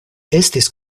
estis